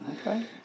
Okay